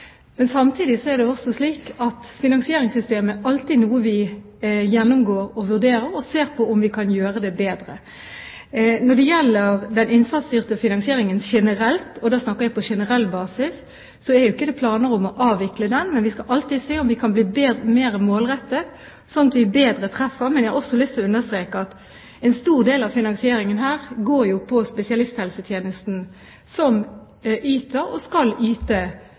men vi skal alltid se om vi kan bli mer målrettet, slik at vi treffer bedre. Jeg har også lyst til å understreke at en stor del av denne finansieringen går til spesialisthelsetjenesten, som yter og skal yte